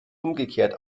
umgekehrt